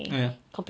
oh ya